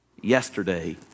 yesterday